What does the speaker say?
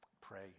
pray